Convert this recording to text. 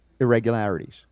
irregularities